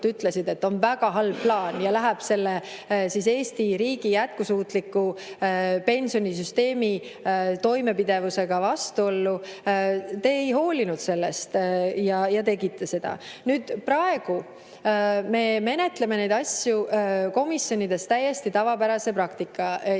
ütlesid, et see on väga halb plaan ja läheb Eesti riigi jätkusuutliku pensionisüsteemi toimepidevusega vastuollu – te ei hoolinud sellest ja tegite seda. Praegu me menetleme neid asju komisjonides täiesti tavapärase praktika järgi.